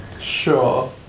Sure